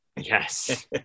yes